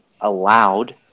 allowed